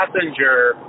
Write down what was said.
passenger